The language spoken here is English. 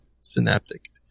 Synaptic